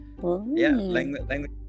language